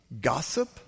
gossip